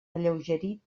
alleugerit